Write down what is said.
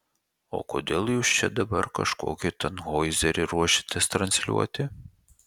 o kodėl jūs čia dabar kažkokį tanhoizerį ruošiatės transliuoti